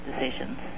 decisions